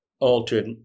altered